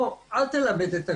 אל תלמד את הכול,